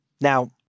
Now